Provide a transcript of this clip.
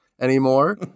anymore